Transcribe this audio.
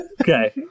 Okay